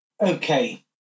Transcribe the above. Okay